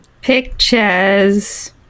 Pictures